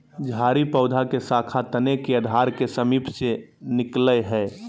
झाड़ी पौधा के शाखा तने के आधार के समीप से निकलैय हइ